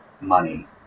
money